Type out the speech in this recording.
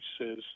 says